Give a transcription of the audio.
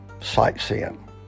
sightseeing